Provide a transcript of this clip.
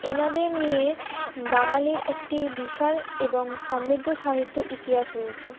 এনাদের নিয়ে বাঙালির একটি বিশাল এবং সমৃদ্ধ সাহিত্য ইতিহাস রয়েছে